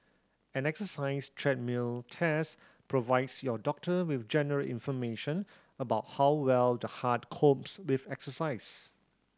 an exercise treadmill test provides your doctor with general information about how well the heart copes with exercise